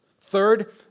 Third